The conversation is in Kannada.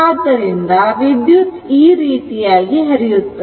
ಆದ್ದರಿಂದ ವಿದ್ಯುತ್ ಈ ರೀತಿಯಾಗಿ ಪ್ರವಹಿಸುತ್ತದೆ